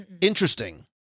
Interesting